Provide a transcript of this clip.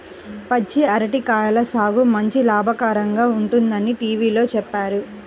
పచ్చి అరటి కాయల సాగు మంచి లాభకరంగా ఉంటుందని టీవీలో చెప్పారు